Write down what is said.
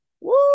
woo